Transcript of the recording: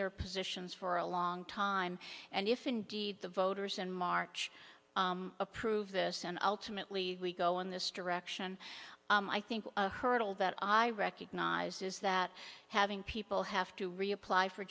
their positions for a long time and if indeed the voters in march approve this and ultimately we go in this direction i think a hurdle that i recognize is that having people have to reapply for